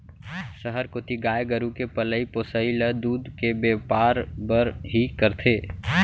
सहर कोती गाय गरू के पलई पोसई ल दूद के बैपार बर ही करथे